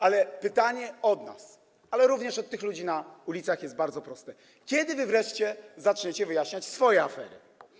A pytanie od nas, ale również od ludzi na ulicach jest bardzo proste: Kiedy wy wreszcie zaczniecie wyjaśniać swoje afery?